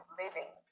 living